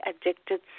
Addicted